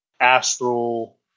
Astral